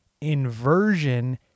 inversion